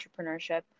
entrepreneurship